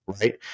right